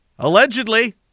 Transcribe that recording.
Allegedly